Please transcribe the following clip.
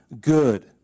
good